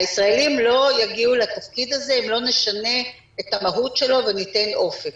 הישראלים לא יגיעו לתפקיד הזה אם לא נשנה את המהות שלו וניתן אופק.